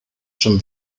schon